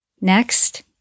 Next